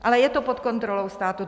Ale je to pod kontrolou státu.